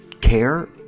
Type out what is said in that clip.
care